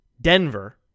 Denver